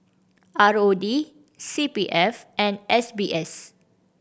R O D C P F and S B S